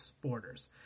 borders